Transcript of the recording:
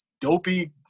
dopey